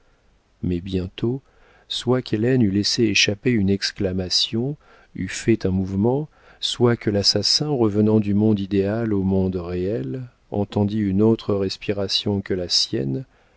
mais bientôt soit qu'hélène eût laissé échapper une exclamation eût fait un mouvement soit que l'assassin revenant du monde idéal au monde réel entendît une autre respiration que la sienne